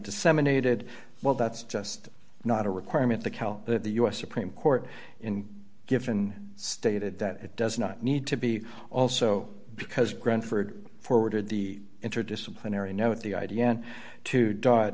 disseminated well that's just not a requirement to count that the u s supreme court in given stated that it does not need to be also because granfer forwarded the interdisciplinary note the i d n to dot